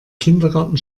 kindergarten